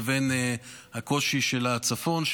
לבין הקושי של הצפון,